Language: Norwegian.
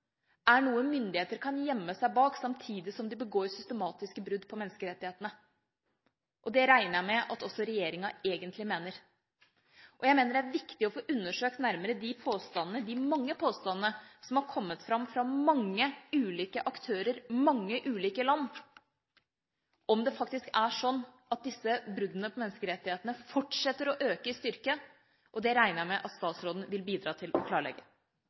er noe myndigheter kan gjemme seg bak samtidig som de begår systematiske brudd på menneskerettighetene. Det regner jeg med at også regjeringa egentlig mener. Jeg mener det er viktig å få undersøkt nærmere de påstandene – de mange påstandene – som er kommet fram, fra mange ulike aktører, mange ulike land, og se om det faktisk er slik at disse bruddene på menneskerettighetene fortsetter å øke i styrke. Det regner jeg med at statsråden vil bidra til å klarlegge.